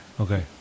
Okay